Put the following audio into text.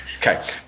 Okay